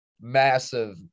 massive